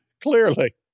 Clearly